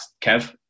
Kev